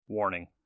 Warning